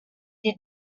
did